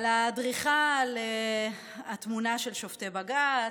הדריכה על התמונה של שופטי בג"ץ,